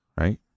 right